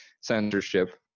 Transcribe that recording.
censorship